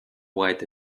white